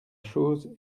chose